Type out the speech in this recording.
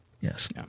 yes